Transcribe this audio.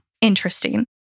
interesting